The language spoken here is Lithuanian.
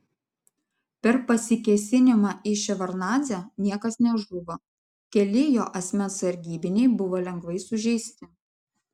per pasikėsinimą į ševardnadzę niekas nežuvo keli jo asmens sargybiniai buvo lengvai sužeisti